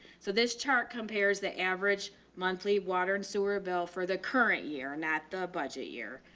so this chart compares the average monthly water and sewer bill for the current year and not the budget year.